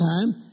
time